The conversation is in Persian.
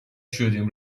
شدیم